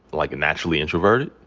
like, naturally introverted.